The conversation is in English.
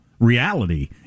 Reality